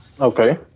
Okay